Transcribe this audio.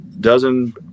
dozen